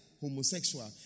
homosexual